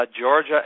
Georgia